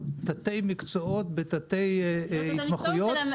השנים האחרונות לטובת העולם